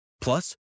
Plus